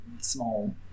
small